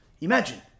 imagine